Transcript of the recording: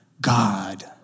God